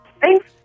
Thanks